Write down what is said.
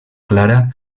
clara